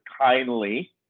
kindly